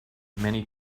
many